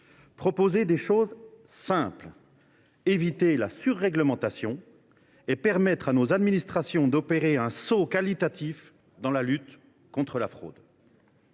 proposer des choses simples, éviter la surréglementation et permettre à nos administrations d’effectuer un saut qualitatif dans la lutte contre la fraude.